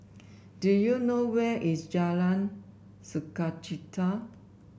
do you know where is Jalan Sukachita